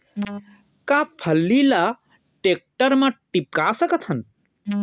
का फल्ली ल टेकटर म टिपका सकथन?